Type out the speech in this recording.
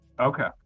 Okay